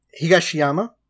Higashiyama